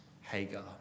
Hagar